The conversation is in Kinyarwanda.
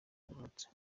yavutse